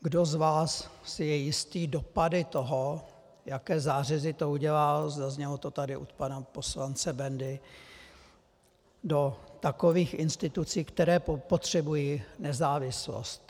Kdo z vás si je jistý dopady toho, jaké zářezy to udělá zaznělo to tady od pana poslance Bendy do takových institucí, které potřebují nezávislost?